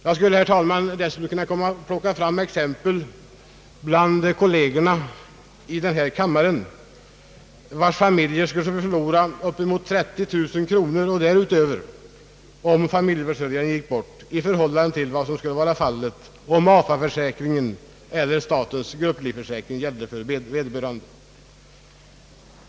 Jag skulle dessutom kunna plocka fram exempel bland kollegerna här i kammaren, vilkas familjer skulle förlora upp emot 30000 kronor och mer, om familjeförsörjaren gick bort, i förhållande till vad som skulle vara fallet om AFA-försäkringen eller statens grupplivförsäkring gällde för vederbörande.